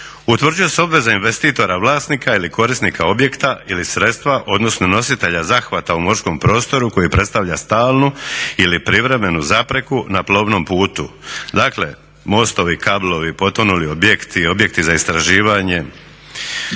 Utvrđuje se obveza investitora, vlasnika ili korisnika objekta ili sredstva, odnosno nositelja zahvata u morskom prostoru koji predstavlja stalnu ili privremenu zapreku na plovnom putu. Dakle mostovi, kablovi, potonuli objekti, objekti za istraživanje